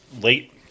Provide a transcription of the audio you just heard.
Late